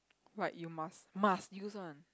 like you must must use one